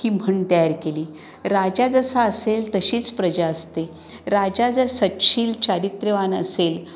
ही म्हण तयार केली राजा जसा असेल तशीच प्रजा असते राजा जर सत्शील चारित्र्यवान असेल